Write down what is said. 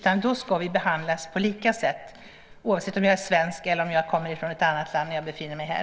Man ska då behandlas på samma sätt oavsett om man är svensk eller kommer från ett annat land och befinner sig här.